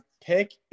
pick –